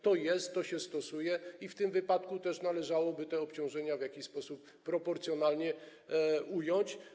To jest, to się stosuje i w tym wypadku też należałoby te obciążenia w jakiś sposób proporcjonalnie ująć.